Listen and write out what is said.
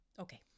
Okay